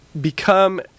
become